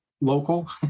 local